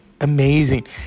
amazing